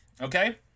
Okay